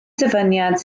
dyfyniad